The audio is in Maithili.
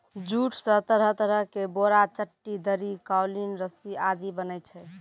जूट स तरह तरह के बोरा, चट्टी, दरी, कालीन, रस्सी आदि बनै छै